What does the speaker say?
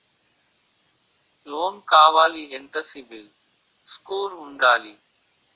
Loan కావాలి ఎంత CIBIL score ఉండాలి?